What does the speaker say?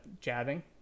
jabbing